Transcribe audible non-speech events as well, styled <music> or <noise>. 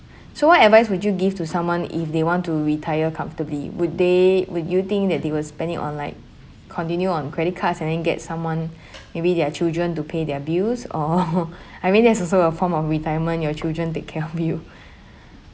so what advice would you give to someone if they want to retire comfortably would they would you think that they were spending on like continue on credit cards and then get someone <breath> maybe their children to pay their bills or <laughs> I mean that's also a form of retirement your children take care of you